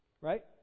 Right